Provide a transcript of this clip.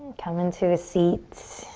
come into a seat.